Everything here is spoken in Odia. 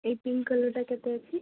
ଏହି ପିଙ୍କ୍ କଲର୍ଟା କେତେ ଅଛି